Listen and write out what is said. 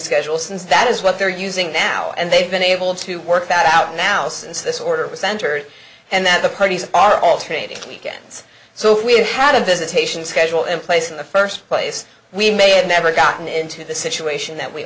schedule since that is what they're using now and they've been able to work that out now since this order was centered and that the parties are all taped weekends so if we had a visitation schedule in place in the first place we may have never gotten into the situation that we